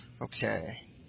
Okay